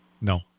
no